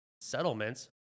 Settlements